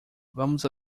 vamos